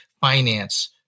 finance